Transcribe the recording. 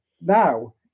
Now